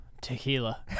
tequila